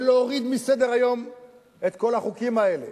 ולהוריד מסדר-היום את כל החוקים האלה,